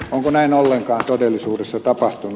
onko näin ollenkaan todellisuudessa tapahtunut